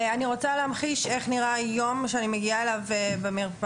אני רוצה להמחיש איך נראה יום שאני מגיעה אליו במרפאה,